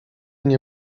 nie